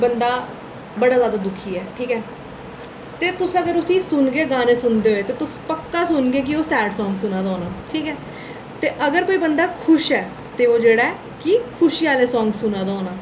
केह् होंदा बड़ा जैदा दुखी ऐ ठीक ऐ ते तुस अगर उसी सुनगे गाने सुनदे होई ते तुसें पक्का सुनगे कि ओह् सैड सांग सुनै दा होना ठीक ऐ ते अगर कोई बंदा खुश ऐ ते ओह् जेह्ड़ा ऐ कि खुशी आह्ले सांग सुनै दा होना